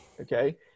okay